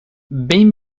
behin